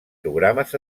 programes